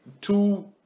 Two